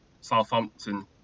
Southampton